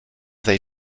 they